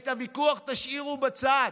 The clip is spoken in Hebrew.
את הוויכוח תשאירו בצד.